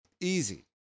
Easy